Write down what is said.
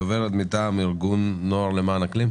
דוברת מטעם ארגון נוער למען האקלים,